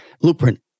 blueprint